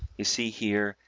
you see here,